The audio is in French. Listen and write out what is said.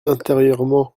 intérieurement